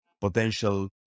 potential